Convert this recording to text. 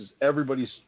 Everybody's